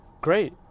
great